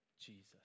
Jesus